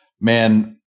Man